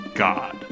god